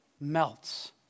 melts